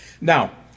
Now